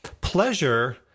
pleasure